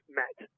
met